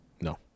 No